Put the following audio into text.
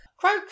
Croak